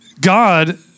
God